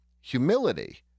humility